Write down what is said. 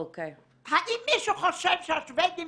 האם מישהו חושב שהשוודים